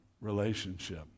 relationship